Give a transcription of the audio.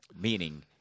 Meaning